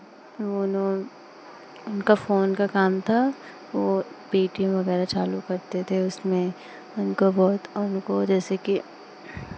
उन्होंने उनका फोन का काम था वो पेटीएम वगैरह चालू करते थे उसमें उनको बहुत उनको जैसे कि